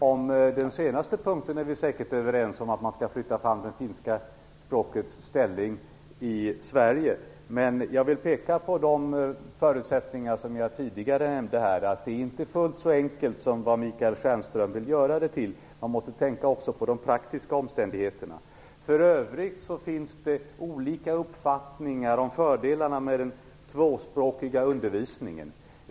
Herr talman! Vi är helt överens om det Michael Stjernström sade sist, nämligen att man skall flytta fram positionerna för det finska språket i Sverige. Men jag vill ändå peka på att det, som jag tidigare nämnde, inte är fullt så enkelt som Michael Stjernström vill göra det till. Vi måste tänka också på de praktiska omständigheterna. För övrigt finns det olika uppfattningar om fördelarna med den tvåspråkiga undervisningen.